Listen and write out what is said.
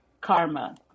karma